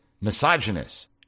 misogynist